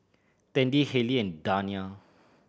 Tandy Hayley and Dania